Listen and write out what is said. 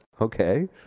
Okay